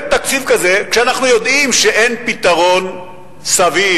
תקציב כזה כשאנחנו יודעים שאין פתרון סביר,